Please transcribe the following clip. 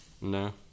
No